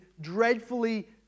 dreadfully